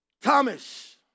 Thomas